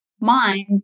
mind